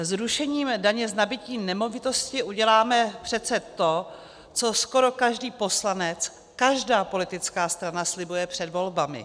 Zrušením daně z nabytí nemovitosti uděláme přece to, co skoro každý poslanec, každá politická strana slibuje před volbami.